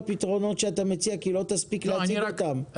לפתרונות שאתה מציע כי לא תספיק להציג אותם.